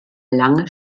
lange